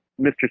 Mr